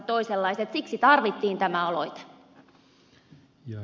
siksi tarvittiin tämä aloite